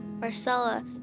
Marcella